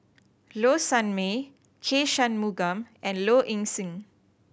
Low Sanmay K Shanmugam and Low Ing Sing